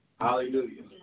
Hallelujah